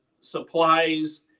supplies